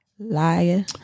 Liar